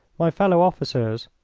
my fellow-officers,